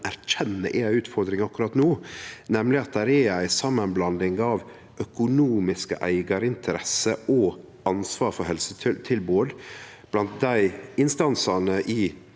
erkjenner er ei utfordring akkurat no, nemleg at det er ei samanblanding av økonomiske eigarinteresser og ansvar for helsetilbod blant dei offentlege